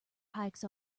hikes